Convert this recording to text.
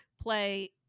play